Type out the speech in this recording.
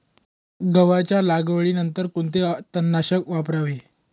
गव्हाच्या लागवडीनंतर कोणते तणनाशक वापरावे?